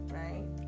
right